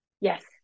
yes